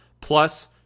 plus